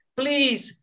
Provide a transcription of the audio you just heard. please